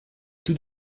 tout